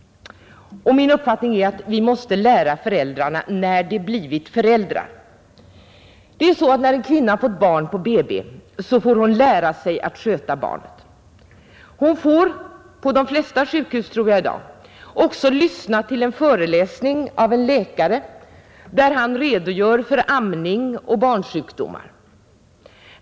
Min uppfattning är att vi måste lära föräldrarna när de blivit föräldrar. När en kvinna får barn på BB får hon lära sig att sköta barnet. Hon får i dag på de flesta sjukhus, tror jag, också lyssna till en föreläsning av en läkare, som redogör för amning och barnsjukdomar.